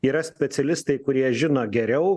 yra specialistai kurie žino geriau